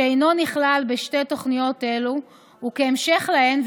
שאינו נכלל בשתי תוכניות אלו וכהמשך להן,